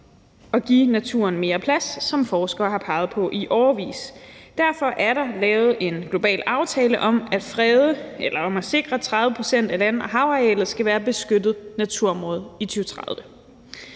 at give naturen mere plads, som forskere har peget på i årevis. Derfor er der lavet en global aftale om at sikre, at 30 pct. af land- og havarealer skal være beskyttede naturområder i 2030.